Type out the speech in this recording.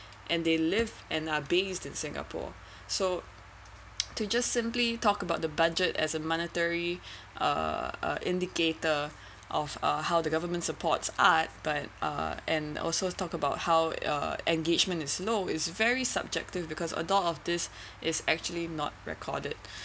and they live and are based in singapore so to just simply talk about the budget as a monetary uh indicate the of uh how the government supports art but uh and also talk about how uh engagement is low is very subjective because although of this is actually not recorded